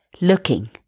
looking